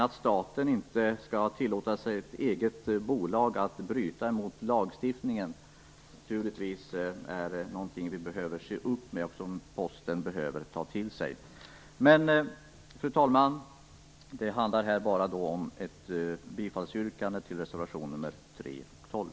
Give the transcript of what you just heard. Staten skall inte tillåta sitt eget bolag att bryta mot lagstiftningen. Det är något som vi behöver se upp med och som Posten behöver ta till sig. Fru talman! Jag yrkar alltså bifall till reservationerna nr 3 och 12.